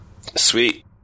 Sweet